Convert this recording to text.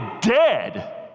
dead